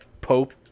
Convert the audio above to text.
Pope